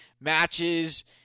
matches